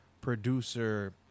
producer